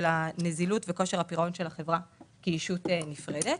הנזילות וכושר הפירעון של החברה כישות נפרדת.